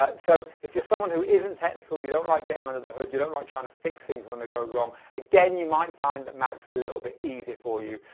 ah so if you're someone who isn't technical, you don't like getting under the hood, you don't like trying to fix things when they go wrong, again you might find that mac's a little bit easier for you.